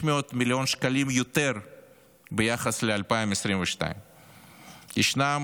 600 מיליון שקלים יותר ביחס לשנת 2022. ישנם